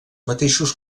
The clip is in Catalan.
mateixos